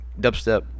dubstep